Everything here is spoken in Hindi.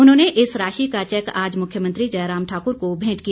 उन्होंने इस राशि का चैक आज मुख्यमंत्री जयराम ठाकुर को भेंट किया